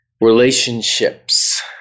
relationships